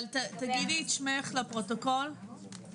נוסף על זה,